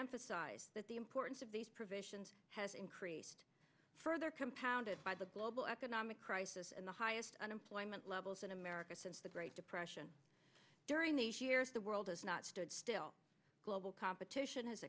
emphasize that the importance of these provisions has increased further compounded by the global economic crisis and the highest unemployment levels in america since the great depression during these years the world has not stood still global competition has